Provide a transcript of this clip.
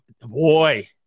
boy